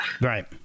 Right